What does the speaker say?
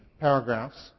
paragraphs